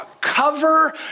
cover